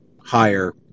higher